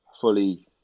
fully